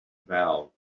valve